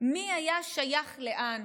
היה שייך לאן,